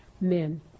men